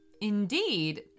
Indeed